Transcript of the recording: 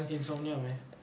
insomnia man